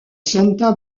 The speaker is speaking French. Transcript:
santa